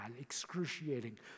excruciating